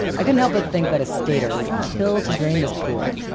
i couldn't help but think that a skater would kill to drain this pool.